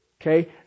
Okay